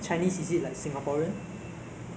so that N_U_S will ah pay us